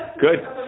Good